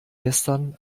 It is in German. gestern